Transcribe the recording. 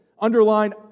Underline